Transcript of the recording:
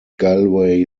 galway